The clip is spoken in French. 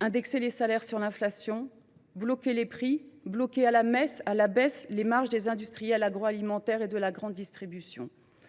indexer les salaires sur l’inflation, geler les prix, ou encore bloquer à la baisse les marges des industriels de l’agroalimentaire et de la grande distribution.